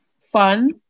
fun